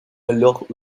alors